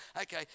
Okay